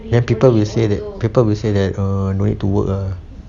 then people will say that people will say that err no need to work lah